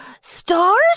Stars